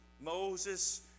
Moses